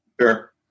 Sure